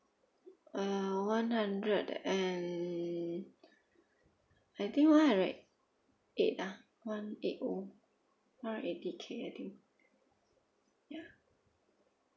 err one hundred and I think one hundred eight ah one eight zero one hundred eighty K I think ya